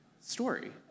story